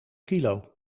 kilo